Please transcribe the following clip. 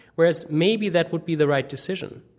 whereas maybe that would be the right decision.